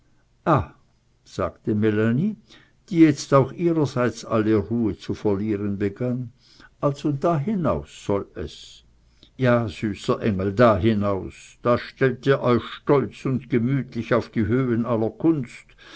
sagte melanie die jetzt auch ihrerseits alle ruhe zu verlieren begann also da hinaus soll es ja süßer engel da hinaus da ihr stellt euch stolz und gemütlich auf die höhen aller kunst